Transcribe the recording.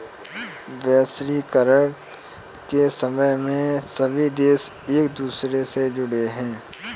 वैश्वीकरण के समय में सभी देश एक दूसरे से जुड़े है